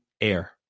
air